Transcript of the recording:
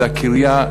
זה הקריה.